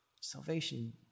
Salvation